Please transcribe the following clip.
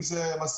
אם זה משאית,